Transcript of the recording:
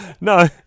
No